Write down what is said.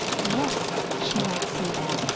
yes, she might see them.